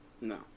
No